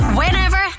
whenever